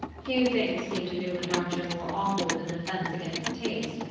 few things seemed to newland archer more awful than an offence against taste,